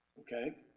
okay,